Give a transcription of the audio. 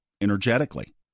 energetically